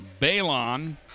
Balon